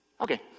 Okay